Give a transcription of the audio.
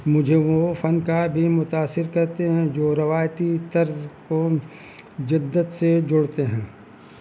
مجھے وہ فن کا بھی متاثر کرتے ہیں جو روایتی طرز کو جدت سے جوڑتے ہیں